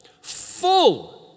full